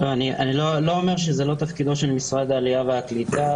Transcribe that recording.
אני לא אומר שזה לא תפקידו של משרד העלייה והקליטה,